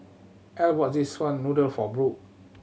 Erle bought this one noodle for Brooke